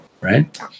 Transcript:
right